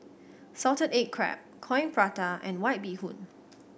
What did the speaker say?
salted egg crab Coin Prata and White Bee Hoon